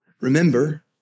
Remember